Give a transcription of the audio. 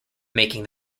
making